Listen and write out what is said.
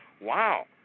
Wow